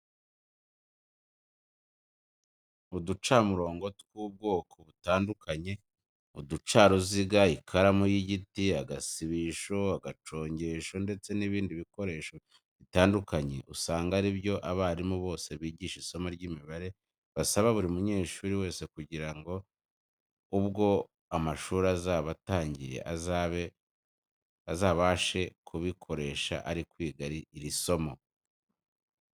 Uducamurongo tw'ubwoko butandukanye, uducaruziga, ikaranu y'igiti, agasibisho, agacongesho ndetse n'ibindi bikoresho bitandukanye usanga ari byo abarimu bose bigisha isomo y'imibare basaba buri munyeshuri wese kugura kugira ngo ubwo amashuri azaba atangiye azabashe kubikoresha ari kwiga iri somo.